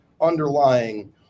underlying